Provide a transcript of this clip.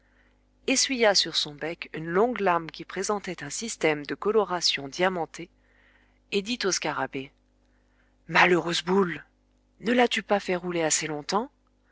essuya sur son bec une longue larme qui présentait un système de coloration diamantée et dit au scarabée malheureuse boule ne l'as-tu pas fait rouler assez longtemps